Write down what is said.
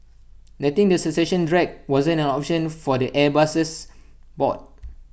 letting the succession drag wasn't an option for the Airbus's board